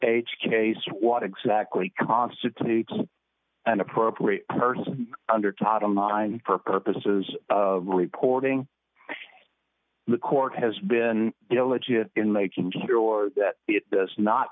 h case what exactly constitutes an appropriate person under todd on line for purposes of reporting the court has been diligent in making sure that it does not